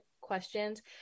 questions